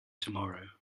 tomorrow